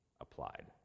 applied